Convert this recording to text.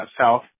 south